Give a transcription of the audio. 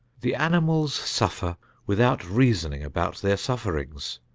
the animals suffer without reasoning about their sufferings.